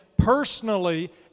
personally